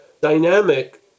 dynamic